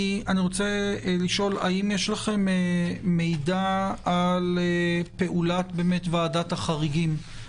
האם יש לכם מידע על פעולת ועדת החריגים?